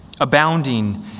abounding